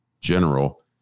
general